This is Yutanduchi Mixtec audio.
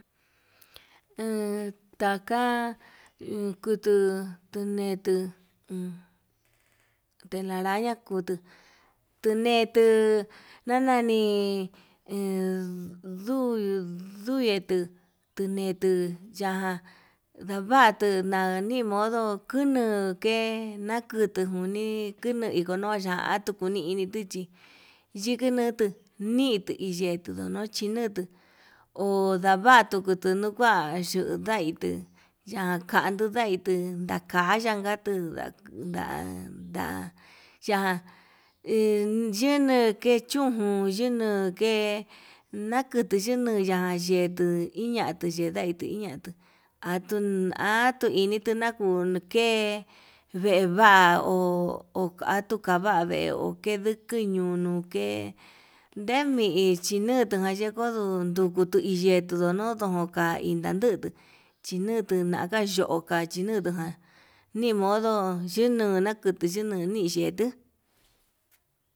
Enen taka en kutuu neduu uun telaraña kutuu, tunetu nanani enduu nduyetu tunetu yaján ndavatu nanimodo kunuu ke nakutu nikuni iko no'o ya'a tuku inituchí, yikunutu nii tuu iyetu ndono chino nutuu ondavatu tukutu nuku ndava yundaitu yakan n itu, ndakan yanaka tuu nda nda ya'a iyini kechún yinuu ke nakutu yinui ya'a yetuu iñatu yindai tuiñatuu atu atu initu nakuu, kunke veva'a ho o atuu kava'a vee okidiki ñunu ke'e ndemi chiñutuján yekodon ndukutu hi yetuu ndono oka'a inandutu, chinutu yaka yoka chinutu ján nimodo xhinuna kutuu xhinani xhetuu.